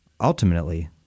Ultimately